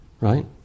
Right